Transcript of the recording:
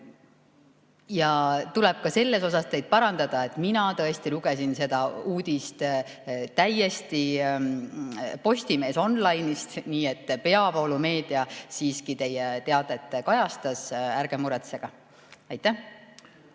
Tuleb ka selles teid parandada, et mina tõesti lugesin seda uudist Postimeesonline'ist, nii et peavoolumeedia siiski teie teadet kajastas. Ärge muretsege! Aitäh!